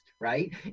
right